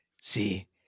See